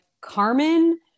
Carmen